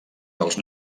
dels